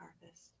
harvest